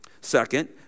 Second